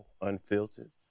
unfiltered